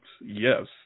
Yes